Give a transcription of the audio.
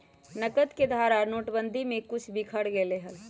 नकद के धारा नोटेबंदी में कुछ बिखर गयले हल